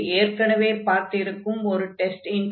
இது ஏற்கனவே பார்த்திருக்கும் ஒரு டெஸ்ட் இன்டக்ரல் ஆகும்